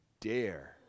dare